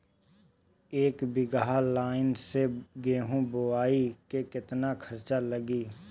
एक बीगहा लाईन से गेहूं बोआई में केतना खर्चा लागी?